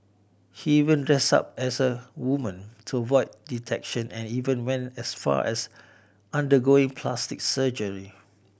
he even dressed up as a woman to avoid detection and even went as far as undergoing plastic surgery